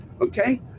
Okay